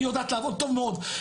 היא יודעת לעבוד טוב מאוד.